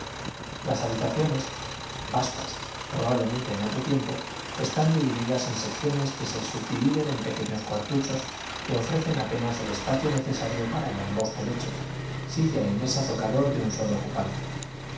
las habitaciones vastas probablemente en otro tiempo están divididas en secciones que se subdividen en pequeños cuartuchos que ofrecen apenas el espacio necesario para el angosto lecho silla y mesa tocador de un solo ocupante